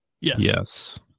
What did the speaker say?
Yes